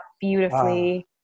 beautifully